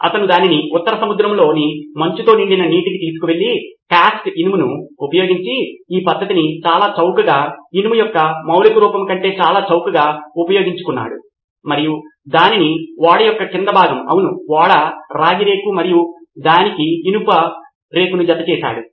అతను దానిని ఉత్తర సముద్రంలోని మంచుతో నిండిన నీటికి తీసుకెళ్ళి కాస్ట్ ఇనుమును ఉపయోగించే ఈ పద్ధతిని చాలా చౌకగా ఇనుము యొక్క మౌళిక రూపం కంటే చాలా చౌకగా ఉపయోగించుకున్నాడు మరియు దానిని ఓడ యొక్క క్రింద భాగం అవును ఓడల రాగి రేకు మరియు దానికి ఇనుమును జత చేశాడు